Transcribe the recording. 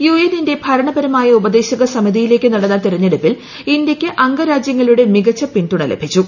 യുഎന്നിന്റെ ഭരണപരമായ ഉപദേശക സമിതിയിലേക്ക് നടന്ന തെരഞ്ഞെടുപ്പിൽ ഇന്ത്യക്ക് അംഗരാജ്യങ്ങളുടെ മികച്ച പിന്തുണലഭിച്ചു